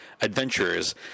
adventurers